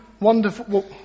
wonderful